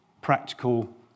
practical